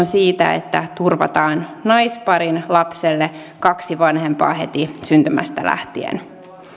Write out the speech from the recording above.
siitä että turvataan naisparin lapselle kaksi vanhempaa heti syntymästä lähtien